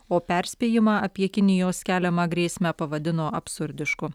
o perspėjimą apie kinijos keliamą grėsmę pavadino absurdišku